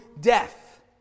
death